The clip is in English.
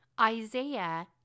Isaiah